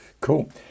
Cool